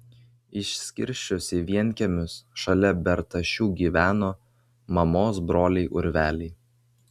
išskirsčius į vienkiemius šalia bertašių gyveno mamos broliai urveliai